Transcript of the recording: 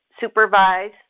supervise